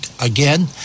again